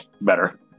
better